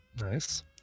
Nice